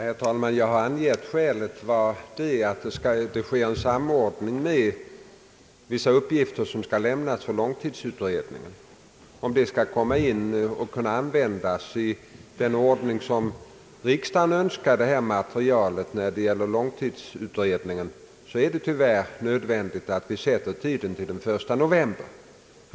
Herr talman! Jag har angett som skäl för valet av tidpunkt att det bör ske en samordning beträffande vissa uppgifter som skall lämnas till långtidsutredningen. Om dessa upgifter skall kunna be arbetas inom den tid som riksdagen har önskat att långtidsutredningen skall redovisas, är det tyvärr nödvändigt att sätta tiden till den 1 november.